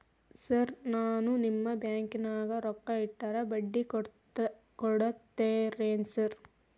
Sir ನಾನು ನಿಮ್ಮ ಬ್ಯಾಂಕನಾಗ ರೊಕ್ಕ ಇಟ್ಟರ ಬಡ್ಡಿ ಕೊಡತೇರೇನ್ರಿ?